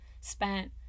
spent